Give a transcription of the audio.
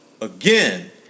again